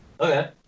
Okay